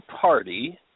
party